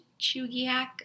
Chugiak